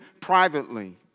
privately